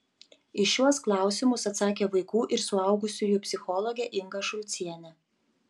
į šiuos klausimus atsakė vaikų ir suaugusiųjų psichologė inga šulcienė